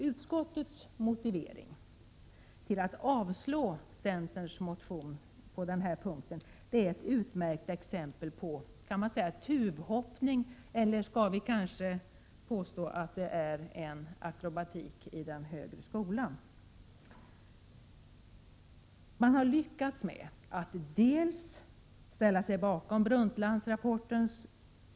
Utskottets motivering för att avstyrka centerns motion på denna punkt är ett utmärkt exempel på tuvhoppning eller akrobatik i den högre skolan. Utskottet ställer sig bakom den energisyn som framförs i Brundtlandrapporten.